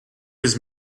his